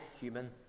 human